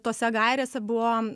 tose gairėse buvo